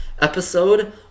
Episode